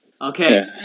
Okay